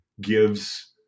gives